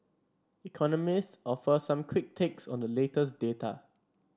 economists offer some quick takes on the latest data